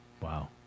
Wow